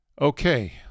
Okay